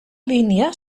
línia